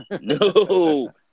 no